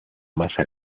masa